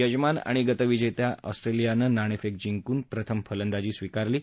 यजमान आणि गतविजेत्या ऑस्ट्रेलियाने नाणेफेक जिंकून प्रथम फलंदाजी स्वीकारली आहे